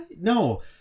no